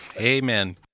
Amen